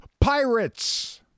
Pirates